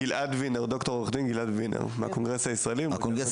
ד"ר עורך דין גלעד וינר מהקונגרס הישראלי.